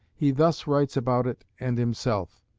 he thus writes about it and himself